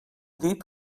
dit